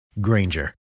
Granger